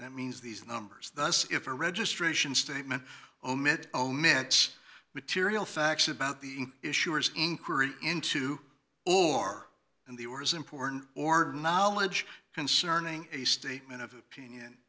that means these numbers thus if a registration statement omitted omits material facts about the issuers inquiry into or in the or is important or knowledge concerning a statement of opinion